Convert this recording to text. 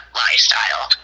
lifestyle